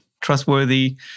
trustworthy